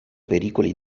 pericoli